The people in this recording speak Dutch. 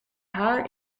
haar